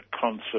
concert